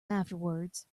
afterwards